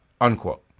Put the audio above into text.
unquote